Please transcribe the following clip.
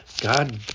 God